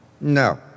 No